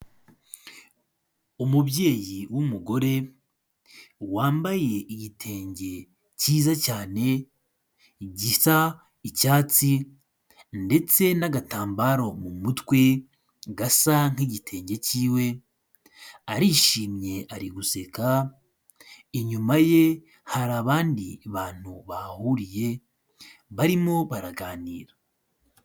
Umubyeyi w'umugore, wambaye igitenge cyiza cyane, gisa icyatsi ndetse n'agatambaro mu mutwe gasa nk'igitenge cyiwe, arishimye ari guseka, inyuma ye hari abandi bantu bahahuriye barimo baraganira.